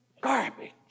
garbage